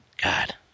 God